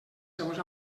seues